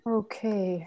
okay